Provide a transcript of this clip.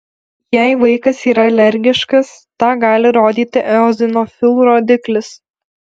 jei vaikas yra alergiškas tą gali rodyti eozinofilų rodiklis